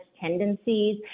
tendencies